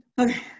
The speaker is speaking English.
okay